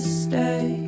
stay